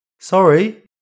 Sorry